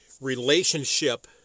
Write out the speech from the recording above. relationship